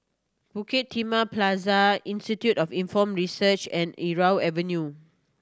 Bukit Timah Plaza Institute of Inform Research and Irau Avenue